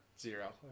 zero